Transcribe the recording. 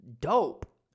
dope